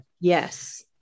Yes